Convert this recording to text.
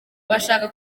bashaka